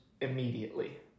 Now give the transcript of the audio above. immediately